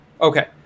Okay